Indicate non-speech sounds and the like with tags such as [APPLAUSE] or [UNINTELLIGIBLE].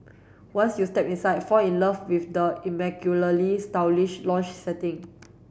once you step inside fall in love with the [UNINTELLIGIBLE] stylish lounge setting